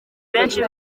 benshi